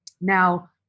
Now